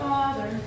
Father